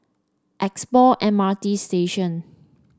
Expo M R T Station